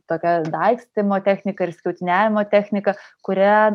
tokią daigstymo techniką ir skutiniavimo techniką kurią